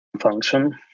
function